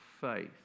faith